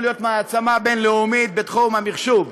להיות מעצמה בין-לאומית בתחום המחשוב?